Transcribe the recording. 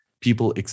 people